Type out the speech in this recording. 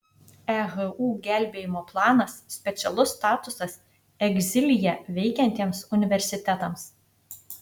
ehu gelbėjimo planas specialus statusas egzilyje veikiantiems universitetams